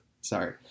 sorry